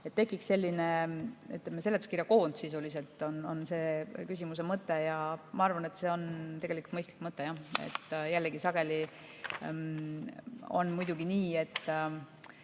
Et tekiks selline seletuskirja koond sisuliselt, on küsimuse mõte ja ma arvan, et see on tegelikult mõistlik mõte. Jällegi, sageli on muidugi nii, et